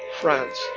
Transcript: France